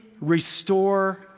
restore